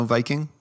Viking